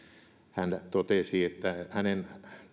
hän totesi että hänen